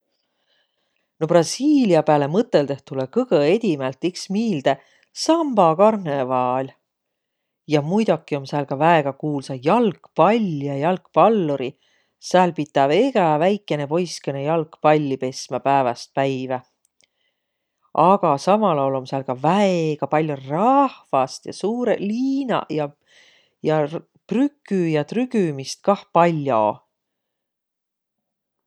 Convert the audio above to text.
No Brasiilia pääle mõtõldõh tulõ kõgõ edimält iks miilde sambakarnõvaal. Ja muidoki om sääl ka väega kuulsa jalgpall ja jalgpall'uriq. Sääl pitäv egä väikene poiskõnõ jalgpalli pesmä pääväst päivä. Aga samal aol om sääl ka väega pall'o rahvast ja suurõq liinaq ja prükü ja trügümist kah pall'o.